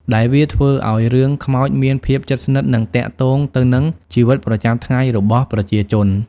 ដែលវាធ្វើឲ្យរឿងខ្មោចមានភាពជិតស្និទ្ធនិងទាក់ទងទៅនឹងជីវិតប្រចាំថ្ងៃរបស់ប្រជាជន។